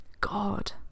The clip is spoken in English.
God